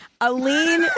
Aline